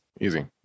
easy